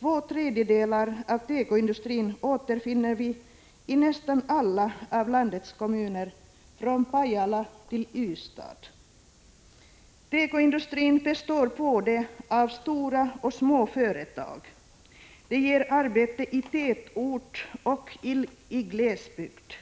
Två tredjedelar av tekoindustrin återfinner vi utspridd i nästan alla landets kommuner, från Pajala till Ystad. Tekoindustrin består av både stora och små företag. De ger arbete i tätort och i glesbygd.